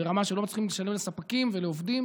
ברמה שלא מצליחים לשלם לספקים ולעובדים.